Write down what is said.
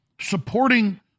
supporting